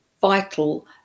vital